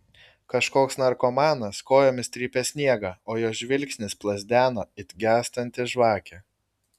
kažkoks narkomanas kojomis trypė sniegą o jo žvilgsnis plazdeno it gęstanti žvakė